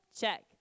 Check